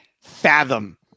fathom